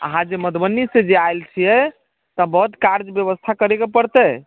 अहाँ जे मधुबनी से जे आएल छियै तऽ बहुत कार्ज व्यवस्था करैके पड़तै